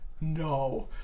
no